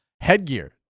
Headgear